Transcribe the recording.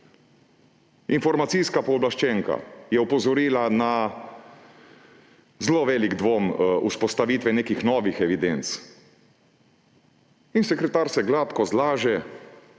Informacijska pooblaščenka je opozorila na zelo velik dvom pri vzpostavitvi nekih novih evidenc in sekretar se gladko zlaže,